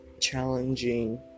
challenging